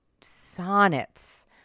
sonnets